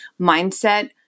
mindset